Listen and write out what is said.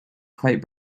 quite